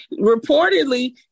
reportedly